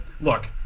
look